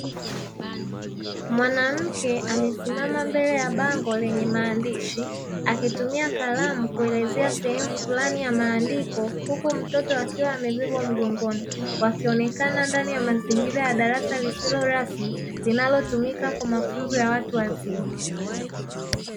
Mwanamke amesimama mbele ya bango lenye maandishi, akitumia kalamu kuelezea sehemu fulani ya maandiko huku mtoto akiwa amebebwa mgongoni, wakionekana ndani ya mazingira ya darasa lisilo rasmi linalotumika kwa mafunzo ya watu wazima.